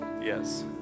yes